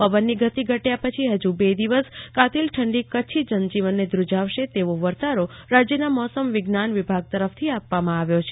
પવનની ગતિ ધટ્યા પછી વધુ બે દિવસ કાતિલ ઠંડી કરછી જનજીવનને ધુજાવશે તેવો વર્તશે રાજય મોસમ વિજ્ઞાન વિભાગ તરફથી આપવામાં આવ્યો છે